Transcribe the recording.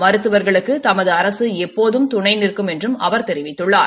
மருத்துவர்களுக்கு தமது அரசு எப்போதும் துணை நிற்கும் என்றும் அவர் தெரிவித்துள்ளார்